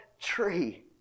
tree